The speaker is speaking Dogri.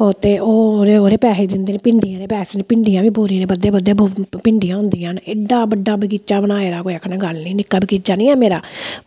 बोर पैसे भिंडियें दे पैसे भिंडियां दे गै बनदे न एड्डा बड्डा बगीचा बनाये दा कोई आक्खनमै दी गल्ल निं निक्का बगीचा निं मेरा